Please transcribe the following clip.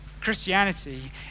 Christianity